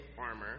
armor